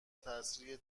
تسریع